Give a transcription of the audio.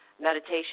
meditation